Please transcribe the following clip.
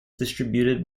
distributed